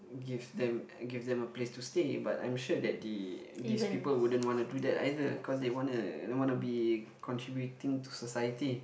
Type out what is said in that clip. give them give them a place to stay but I'm sure that the this people wouldn't want to do that either cause they wanna they wanna be contributing to society